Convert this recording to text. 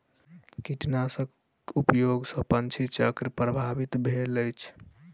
कीटनाशक उपयोग सॅ पंछी चक्र प्रभावित भेल अछि